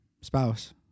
spouse